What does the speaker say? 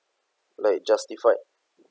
like justify